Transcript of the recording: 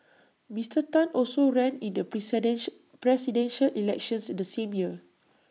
Mister Tan also ran in the Presidential Elections the same year